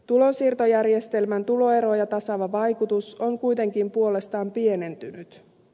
tulonsiirtojärjestelmän tuloeroja tasaava vaikutus on kuitenkin puolestaan pienentynyt